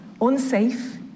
unsafe